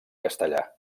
castellà